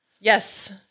Yes